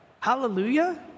hallelujah